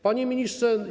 Panie Ministrze!